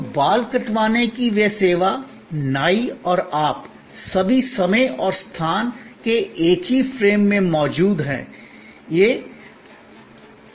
तो बाल कटवाने की वह सेवा नाई और आप सभी समय और स्थान के एक ही फ्रेम में मौजूद हैं यह अविभाज्यता है